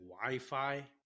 Wi-Fi